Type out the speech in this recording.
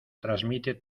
transmite